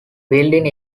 building